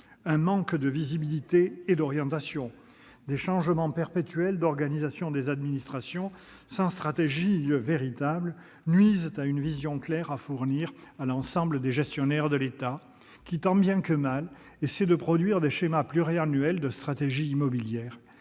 Un manque de visibilité et d'orientation, des changements perpétuels d'organisation des administrations, sans stratégie véritable, nuisent à une vision claire à fournir à l'ensemble des gestionnaires de l'État, qui, tant bien que mal, essayent de produire des schémas pluriannuels de stratégie immobilière,